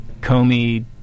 comey